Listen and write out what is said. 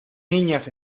niñas